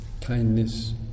kindness